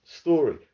story